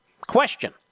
Question